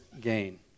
gain